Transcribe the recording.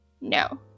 No